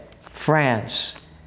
France